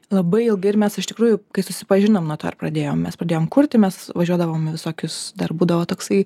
labai ilgai ir mes iš tikrųjų kai susipažinom nuo to ir pradėjom mes pradėjom kurti mes važiuodavom į visokius dar būdavo toksai